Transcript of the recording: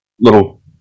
little